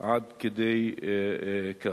עד כדי כך?